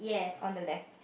on the left